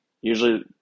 usually